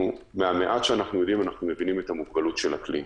מהמעט שאנחנו יודעים אנחנו מבינים את המוגבלות של הכלי.